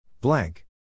Blank